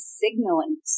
signaling